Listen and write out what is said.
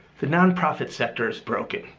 the nonprofit sector is broken.